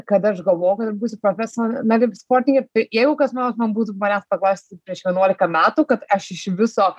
kad aš galvojau kad aš būsiu profesionali sportininkė tai jeigu kas nors man būtų manęs paklausę prieš vienuolika metų kad aš iš viso